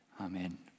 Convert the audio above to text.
Amen